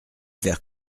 faire